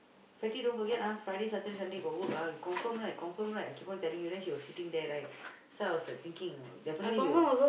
fatty don't forget ah Friday Saturday Sunday got work ah you confirm right confirm right keep on telling you then he was sitting there right so I was like thinking definitely he will